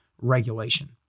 regulation